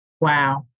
Wow